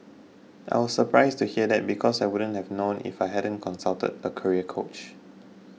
I was surprised to hear that because I wouldn't have known if I hadn't consulted the career coach